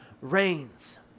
reigns